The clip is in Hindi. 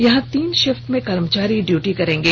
यहां तीन शिफ्ट में कर्मचारी ड्यूटी करेंगे